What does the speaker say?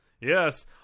Yes